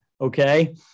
okay